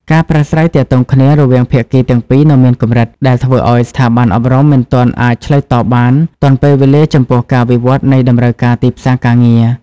ការប្រាស្រ័យទាក់ទងគ្នារវាងភាគីទាំងពីរនៅមានកម្រិត ដែលធ្វើឱ្យស្ថាប័នអប់រំមិនទាន់អាចឆ្លើយតបបានទាន់ពេលវេលាចំពោះការវិវត្តន៍នៃតម្រូវការទីផ្សារការងារ។